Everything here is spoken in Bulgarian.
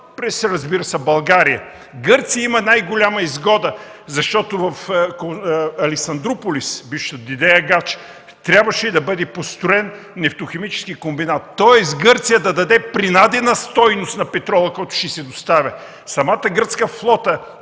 през България. Гърция има най-голяма изгода, защото в Александруполис – бившият Дедеагач, трябваше да бъде построен нефтохимически комбинат, тоест Гърция да даде принадена стойност на петрола, който ще й се доставя. Гръцката търговска флота